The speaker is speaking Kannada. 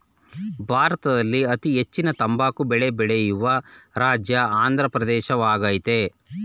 ಭಾರತದಲ್ಲಿ ಅತೀ ಹೆಚ್ಚಿನ ತಂಬಾಕು ಬೆಳೆ ಬೆಳೆಯುವ ರಾಜ್ಯವು ಆಂದ್ರ ಪ್ರದೇಶವಾಗಯ್ತೆ